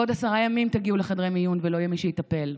בעוד עשרה ימים תגיעו לחדרי מיון ולא יהיה מי שיטפל,